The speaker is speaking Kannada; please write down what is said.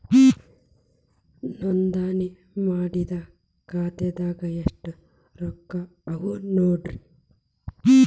ನೋಂದಣಿ ಮಾಡಿದ್ದ ಖಾತೆದಾಗ್ ಎಷ್ಟು ರೊಕ್ಕಾ ಅವ ನೋಡ್ರಿ